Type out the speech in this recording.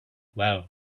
well